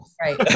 Right